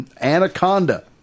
Anaconda